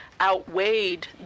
outweighed